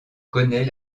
connais